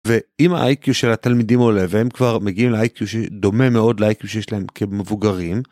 ואם ה-IQ של התלמידים עולה והם כבר מגיעים ל-IQ דומה מאוד ל-IQ שיש להם כמבוגרים.